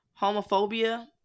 homophobia